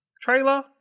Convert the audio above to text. trailer